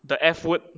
the F word